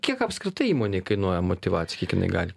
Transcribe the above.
kiek apskritai įmonei kainuoja motyvacija kiek inai gali